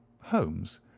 holmes